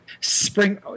spring